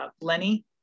Lenny